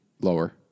lower